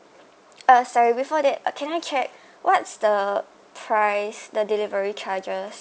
uh sorry before that uh can I check what's the price the delivery charges